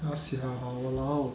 ya sia !walao!